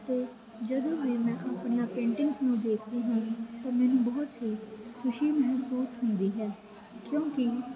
ਅਤੇ ਜਦੋਂ ਵੀ ਮੈਂ ਆਪਣੀਆਂ ਪੇਂਟਿੰਗਸ ਨੂੰ ਦੇਖਦੀ ਹਾਂ ਤਾਂ ਮੈਨੂੰ ਬਹੁਤ ਹੀ ਖੁਸ਼ੀ ਮਹਿਸੂਸ ਹੁੰਦੀ ਹੈ ਕਿਉਂਕਿ